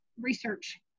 research